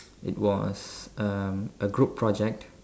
it was uh a group project